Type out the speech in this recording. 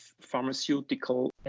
pharmaceutical